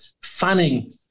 fanning